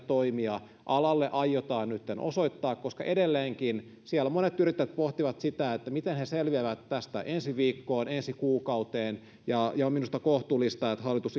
toimia alalle aiotaan nytten osoittaa koska edelleenkin siellä monet yrittäjät pohtivat miten he selviävät tästä ensi viikkoon ja ensi kuukauteen ja on minusta kohtuullista että hallitus